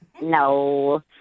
No